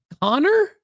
Connor